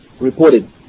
reported